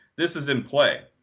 this is in play.